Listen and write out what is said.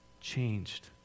changed